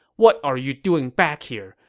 what are you doing back here?